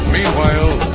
Meanwhile